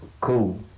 Cool